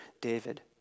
David